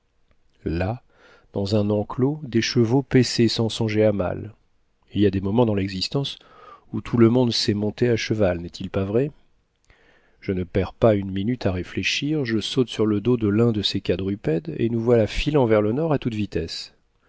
là dans un enclos des chevaux paissaient sans songer à mal il y a des moments dans l'existence où tout le monde sait monter à cheval n'est-il pas vrai je ne perds pas une minute à réfléchir je saute sur le dos de l'un de ces quadrupèdes et nous voilà filant vers le nord à toute vitesse